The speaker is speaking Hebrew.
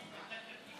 ולפיכך